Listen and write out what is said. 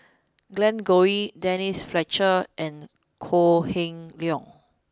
Glen Goei Denise Fletcher and Kok Heng Leun